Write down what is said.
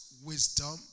wisdom